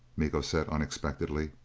miko said unexpectedly.